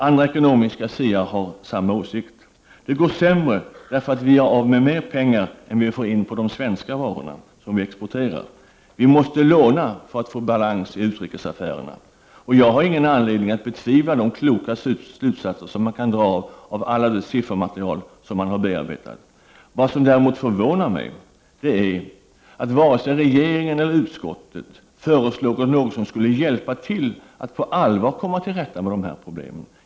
Andra ekonomiska siare har samma åsikt. Det går sämre därför att vi gör av med mer pengar än vi får in på de svenska varorna som vi exporterar. Vi måste låna för att få balans i utrikesaffärerna. Och jag har ingen anledning att betvivla de kloka slutsatser som man kan dra av alla de siffermaterial som man har bearbetat. Vad som däremot förvånar mig är att inte vare sig regeringen eller utskottet föreslår något som skulle hjälpa till att på allvar komma till rätta med de här problemen.